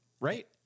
Right